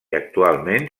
actualment